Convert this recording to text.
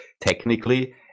technically